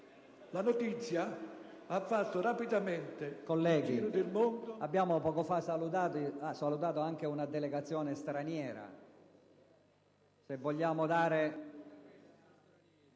La notizia ha fatto rapidamente il giro del mondo,